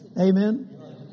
Amen